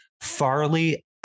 Farley